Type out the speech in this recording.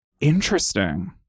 Interesting